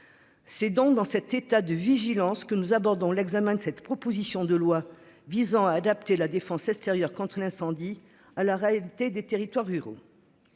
C'est donc dans cet état de vigilance que nous abordons l'examen de cette proposition de loi visant à adapter la défense extérieure contre un incendie à la réalité des territoires ruraux.